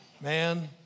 man